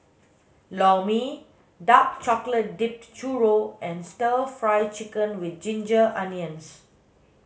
lor mee dark chocolate dipped churro and stir fry chicken with ginger onions